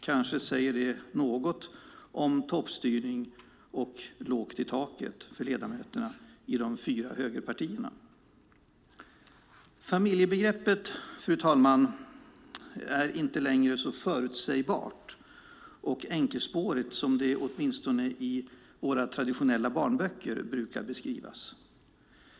Kanske säger det något om toppstyrning och "lågt i taket" för ledamöter från de fyra högerpartierna. Familjebegreppet är, fru talman, inte längre så förutsägbart och enkelspårigt som det, åtminstone i våra traditionella barnböcker, brukar beskrivas.